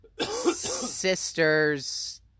sister's